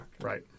Right